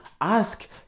ask